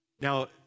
Now